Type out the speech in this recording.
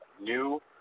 new